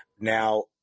Now